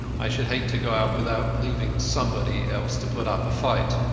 i should hate to go out without leaving somebody else to put up a fight